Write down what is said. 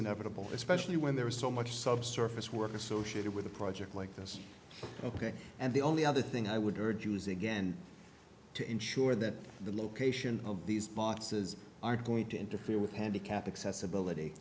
inevitable especially when there is so much subsurface work associated with a project like this ok and the only other thing i would urge using again to ensure that the location of these boxes aren't going to interfere with handicap accessibility